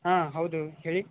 ಹಾಂ ಹೌದು ಹೇಳಿ